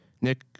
Nick